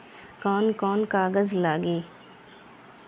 कौन कौन कागज लागी?